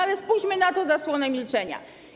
Ale spuśćmy na to zasłonę milczenia.